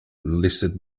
listed